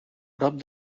prop